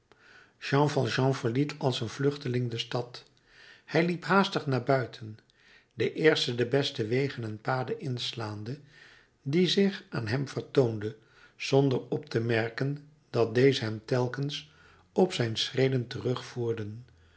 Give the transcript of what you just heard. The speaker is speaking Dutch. jean valjean verliet als een vluchteling de stad hij liep haastig naar buiten de eerste de beste wegen en paden inslaande die zich aan hem vertoonde zonder op te merken dat deze hem telkens op zijn schreden terugvoerden